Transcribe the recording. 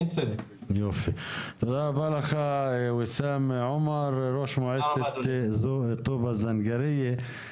תודה רבה לך ויסאם פאיז, ראש מועצת טובא זנגריה.